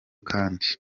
kandi